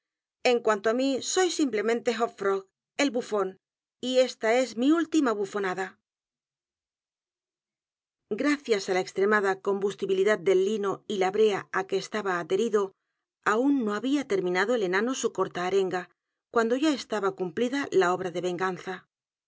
en cuanto á mí soy simplemente h o p f r o g el bufón y esta es mi última bufonada gracias á la extremada combustibilidad del lino y la b r e a á que estaba adherido aun no había terminado el enano su corta a r e n g a cuando ya estaba cumplida la obra de venganza